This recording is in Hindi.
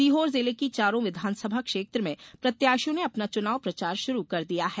सीहोर जिले की चारों विधानसभा क्षेत्र में प्रत्याशियों ने अपना चुनाव प्रचार शुरू कर दिया है